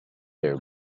their